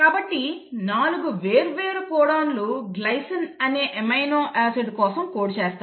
కాబట్టి 4 వేర్వేరు కోడాన్లు గ్లైసిన్ అనే అమైనో ఆసిడ్ కోసం కోడ్ చేస్తాయి